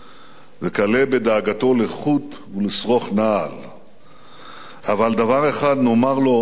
וכלה בדאגתו לחוט ולשרוך נעל./ אבל דבר אחד נאמר לו אנחנו,